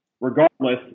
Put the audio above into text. Regardless